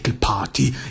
party